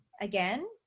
again